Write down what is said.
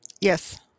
Yes